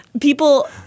people